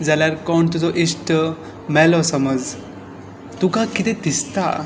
जाल्यार कोण तुजो इश्ट मेलो समज तुका किदे दिसता